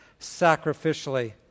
sacrificially